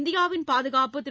இந்தியாவின் பாதுகாப்பு திரு